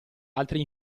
altri